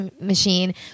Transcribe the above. machine